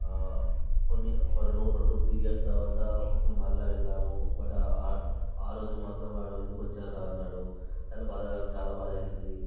కొన్ని ఒక రో టూ త్రీ ఇయర్స్ తరువాత మేము మళ్ళీ వెళ్ళాము బట్ ఆ ఆ రోజు మాత్రం వాడు ఎందుకు వచ్చారురా అన్నాడు చాలా బాధ కలి చాలా బాధ వేసింది